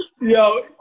yo